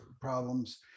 problems